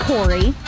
Corey